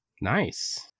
Nice